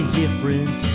different